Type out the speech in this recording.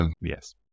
yes